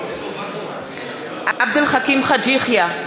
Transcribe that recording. נגד עבד אל חכים חאג' יחיא,